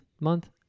month